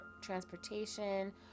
transportation